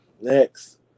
Next